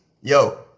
yo